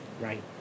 right